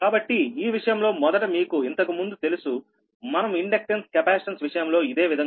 కాబట్టి ఈ విషయంలో మొదట మీకు ఇంతకు ముందు తెలుసు మనం ఇండక్టెన్స్ కెపాసిటెన్స్ విషయంలో ఇదే విధంగా చూశాము